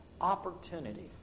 opportunity